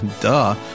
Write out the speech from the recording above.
Duh